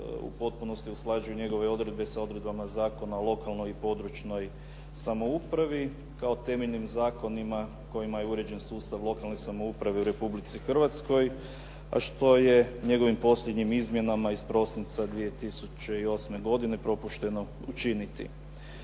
u potpunosti usklađuju njegove odredbe sa odredbama Zakona o lokalnoj i područnoj samoupravi kao temeljnim zakonima kojima je uređen sustav lokalne samouprave u Republici Hrvatskoj a što je njegovim posljednjim izmjenama iz prosinca 2008. godine propušteno učiniti.